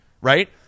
right